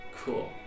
Cool